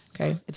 Okay